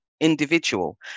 individual